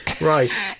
Right